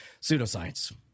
pseudoscience